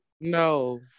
No